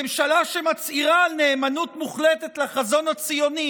ממשלה שמצהירה על נאמנות מוחלטת לחזון הציוני